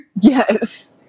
Yes